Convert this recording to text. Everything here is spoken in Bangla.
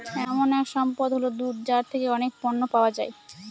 এমন এক সম্পদ হল দুধ যার থেকে অনেক পণ্য পাওয়া যায়